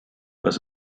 was